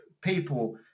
people